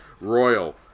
Royal